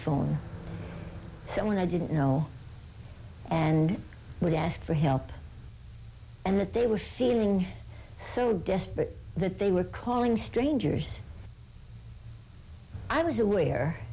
phone someone i didn't know and would ask for help and that they were feeling so desperate that they were calling strangers i was aware